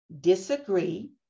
disagree